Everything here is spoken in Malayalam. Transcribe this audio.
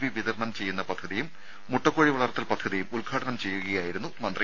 വി വിതരണം ചെയ്യുന്ന പദ്ധതിയും മുട്ടക്കോഴി വളർത്തൽ പദ്ധതിയും ഉദ്ഘാടനം ചെയ്യുകയായിരുന്നു മന്ത്രി